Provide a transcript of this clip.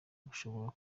rushoboka